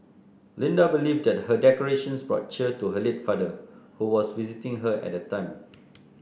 Linda believe that her decorations brought cheer to her late father who was visiting her at the time